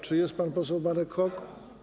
Czy jest pan poseł Marek Hok?